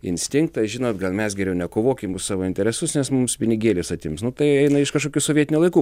instinktą žinot gal mes geriau nekovokim už savo interesus nes mums pinigėlius atims nu tai eina iš kažkokių sovietinių laikų